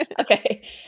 Okay